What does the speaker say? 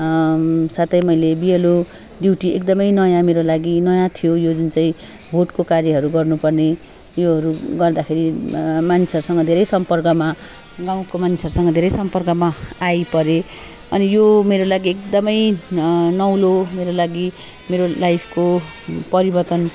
साथै मैले BLO duty एकदमै नयाँ मेरो लागि नयाँ थियो यो जुन चाहिँ भोटको कार्यहरू गर्नुपर्ने योहरू गर्दाखेरि मानिसहरूसँग धेरै सम्पर्कमा गाउँको मान्छेहरूसँग धेरै सम्पर्कमा आइपरेँ अनि यो मेरो लागि एकदमै नौलो मेरो लागि मेरो लाइफको परिवर्तन